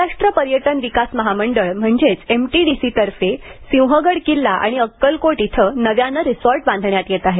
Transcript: महाराष्ट्र पर्यटन विकास महामंडळ म्हणजेच एमटीडीसीतर्फे सिंहगड किल्ला आणि अक्कलकोट येथे नव्याने रिसॉर्ट बांधण्यात येत आहेत